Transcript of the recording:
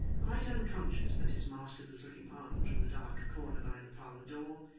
quite unconscious that his master was looking on from the dark corner by the parlour door,